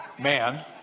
Man